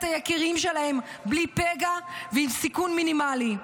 היקירים שלהם בלי פגע ועם סיכון מינימלי.